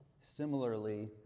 Similarly